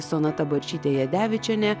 sonata barčytė jadevičienė